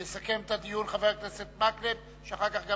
יסכם את הדיון חבר הכנסת מקלב, שאחר כך גם